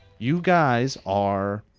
you guys are